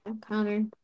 Connor